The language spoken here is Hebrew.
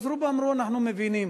רובם אמרו: אנחנו מבינים,